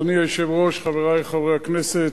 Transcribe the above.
אדוני היושב-ראש, חברי חברי הכנסת,